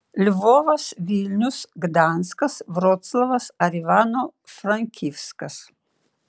lvovas vilnius gdanskas vroclavas ar ivano frankivskas